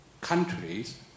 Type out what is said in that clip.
countries